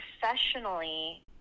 professionally